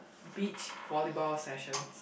beach volleyball sessions